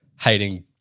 hating